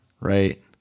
right